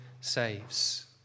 saves